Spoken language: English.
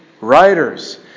writers